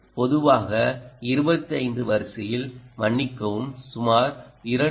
பொதுவாக 25 வரிசையில் மன்னிக்கவும் சுமார் 2